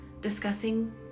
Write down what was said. discussing